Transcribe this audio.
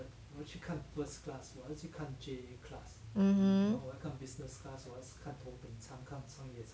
mmhmm